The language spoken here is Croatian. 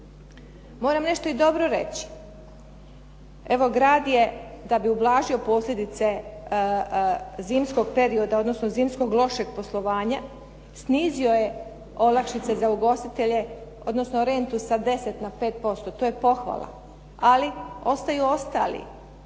Moram nešto i dobro reći. Evo grad je da bi ublažio posljedice zimskog perioda, odnosno zimskog lošeg poslovanja, snizio je olakšice za ugostitelje, odnosno rentu sa 10 na 5%, to je pohvala, ali ostaju ostali.